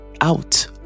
out